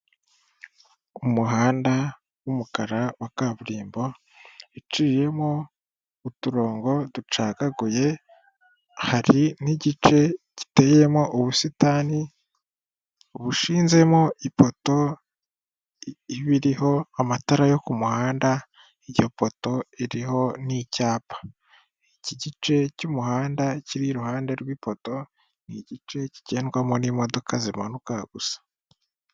Umuhanda w'umukara wa kaburimbo uciyemo uturongo ducagaguye, hari nk'igice giteyemo ubusitani bushinzemo ifoto iba iriho amatara yo ku muhanda, iyo poto iriho n'icyapa, iki gice cy'umuhanda kiri iruhande rw'ipoto, ni igice kigendwamo n'imodoka zimanuka gusa.